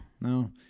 No